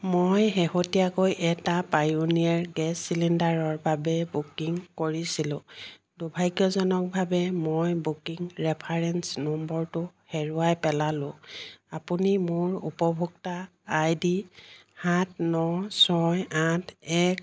মই শেহতীয়াকৈ এটা পায়োনিয়েৰ গেছ চিলিণ্ডাৰৰ বাবে বুকিং কৰিছিলো দুৰ্ভাগ্যজনকভাৱে মই বুকিং ৰেফাৰেঞ্চ নম্বৰটো হেৰুৱাই পেলালোঁ আপুনি মোৰ উপভোক্তা আইডি সাত ন ছয় আঠ এক